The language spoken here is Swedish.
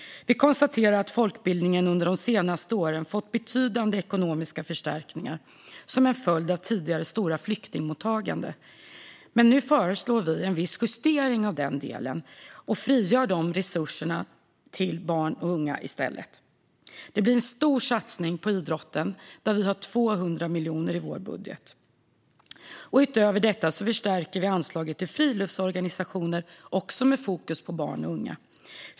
Vi konstaterar att folkbildningen under de senaste åren fått betydande ekonomiska förstärkningar som en följd av det tidigare stora flyktingmottagandet. Nu föreslår vi en viss justering av denna del och vill frigöra dessa resurser så att de i stället kan gå till barn och unga. Det blir en stor satsning på idrotten, där vi har 200 miljoner i vår budget. Utöver detta förstärker vi anslaget till friluftsorganisationer, också med fokus på barn och unga.